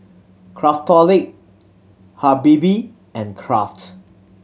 Craftholic Habibie and Kraft